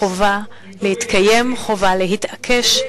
חובה להתקיים, חובה להתעקש,